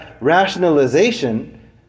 rationalization